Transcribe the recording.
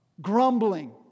grumbling